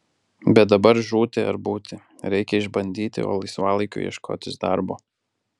bet dabar žūti ar būti reikia išbandyti o laisvalaikiu ieškotis darbo